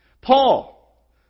Paul